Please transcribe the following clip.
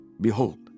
Behold